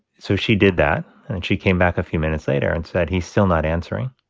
so she did that, and she came back a few minutes later and said, he's still not answering.